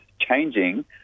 changing